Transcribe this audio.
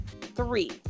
three